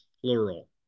plural